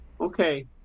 Okay